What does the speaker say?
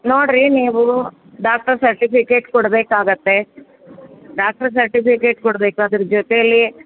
ನೋಡಿರಿ ನೀವು doctor certificate ಕೊಡಬೇಕಾಗತ್ತೆ ಡಾಕ್ಟರ್ ಸರ್ಟಿಫಿಕೇಟ್ ಕೊಡಬೇಕು ಅದ್ರ ಜೊತೇಲಿ